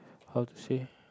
how to say